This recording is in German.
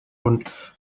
und